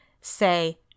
say